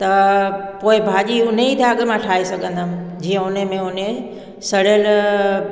त पोए भाॼी उन ई दाॻ मां ठाहे सघंदमि जीअं उन में उन जे सड़ियल